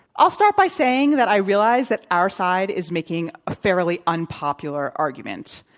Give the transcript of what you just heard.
i'll start by saying that i realize that our side is making a fairly unpopular argument.